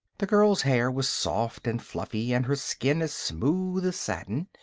the girl's hair was soft and fluffy and her skin as smooth as satin.